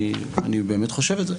אני אני באמת חושב את זה,